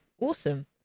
Awesome